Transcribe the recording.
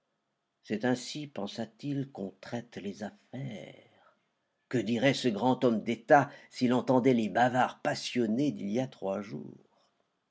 c'est ainsi pensa-t-il qu'on traite les affaires que dirait ce grand homme d'état s'il entendait les bavards passionnés d'il y a trois jours